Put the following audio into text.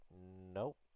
nope